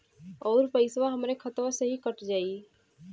अउर पइसवा हमरा खतवे से ही कट जाई?